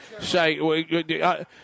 Say